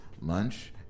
lunch